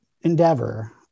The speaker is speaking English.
endeavor